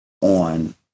on